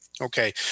Okay